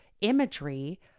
imagery